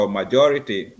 majority